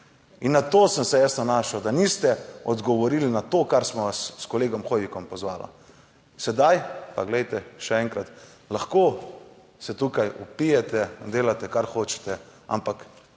in na to sem se jaz nanašal, da niste odgovorili na to, kar smo vas s kolegom Hoivikom pozvala. Sedaj pa glejte, še enkrat, lahko se tukaj vpijete, delate kar hočete, ampak